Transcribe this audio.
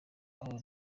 all